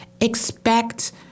expect